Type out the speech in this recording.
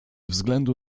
względu